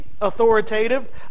authoritative